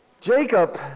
Jacob